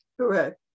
Correct